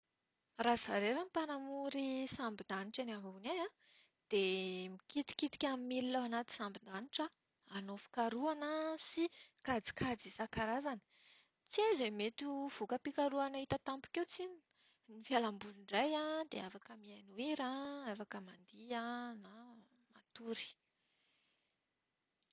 Raha izaho irery no mpanamory sambon-danitra eny ambony eny, dia mikitikitika ny milina ao anatin'ny sambon-danitra aho. Hanao fikarohana sy kajikajy isan-karazany. Tsy hay izay mety ho voka-pikarohana hita tampoka eo tsinona. Ny fialam-boly indray an, dia afaka mihaino hira, afaka mandihy na matory.